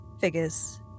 figures